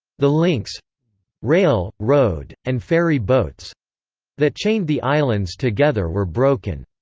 the links rail, road, and ferry boats that chained the islands together were broken.